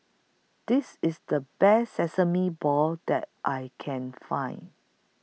This IS The Best Sesame Balls that I Can Find